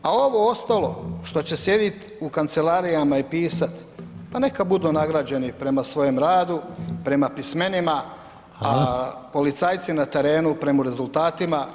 A ovo ostalo što će sjediti u kancelarijama i pisati, pa neka budu nagrađeni prema svojem radu, prema pismenima [[Upadica: Hvala.]] a policajci na terenu prema rezultatima i prema normama.